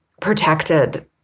protected